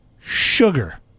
Sugar